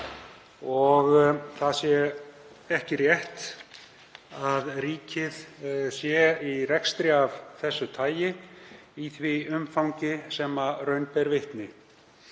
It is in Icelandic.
Það sé ekki rétt að ríkið sé í rekstri af þessu tagi í því umfangi sem raun ber vitni.